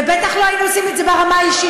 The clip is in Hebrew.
ובטח לא היינו עושים את זה ברמה האישית,